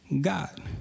God